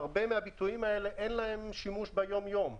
להרבה מהביטויים אין שימוש ביום-יום.